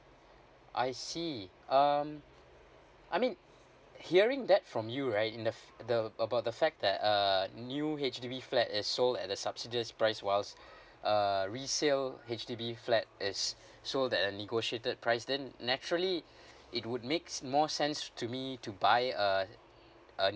I see um I mean hearing that from you right in the f~ the uh about the fact that a new H_D_B flat is sold at the subsidied price whereas a resale H_D_B flat is sold at a negotiated price then naturally it would makes more sense to me to buy a a